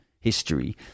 history